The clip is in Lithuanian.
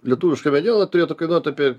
lietuviška mediena turėtų kainuot apie